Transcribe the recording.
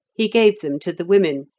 he gave them to the women,